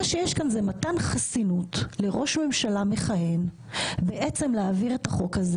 מה שיש כאן זה מתן חסינות לראש ממשלה מכהן להעביר את החוק הזה